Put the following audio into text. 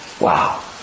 Wow